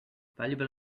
valuable